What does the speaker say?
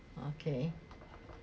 okay